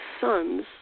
sons